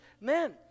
men